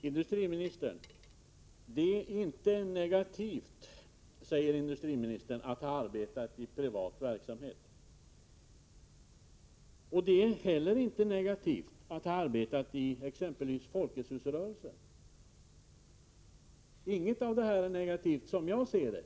Herr talman! Det är inte negativt, säger industriministern, att ha arbetat i privat verksamhet. Det är heller inte negativt att ha arbetat i exempelvis Folkets Hus-rörelsen. Inget av detta är negativt, som jag ser saken.